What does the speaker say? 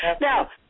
Now